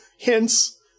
hence